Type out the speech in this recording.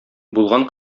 булган